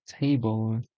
Table